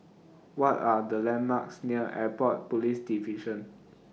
What Are The landmarks near Airport Police Division